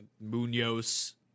Munoz